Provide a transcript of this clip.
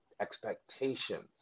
expectations